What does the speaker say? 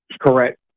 Correct